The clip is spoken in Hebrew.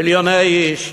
מיליוני איש,